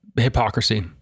hypocrisy